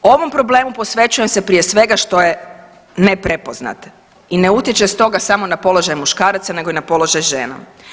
Ovom problemu posvećujem se prije svega što je ne prepoznat i ne utječe stoga samo na položaj muškaraca nego ina položaj žena.